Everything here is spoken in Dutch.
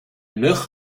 mug